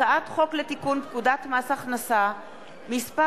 הצעת חוק לתיקון פקודת מס הכנסה (מס'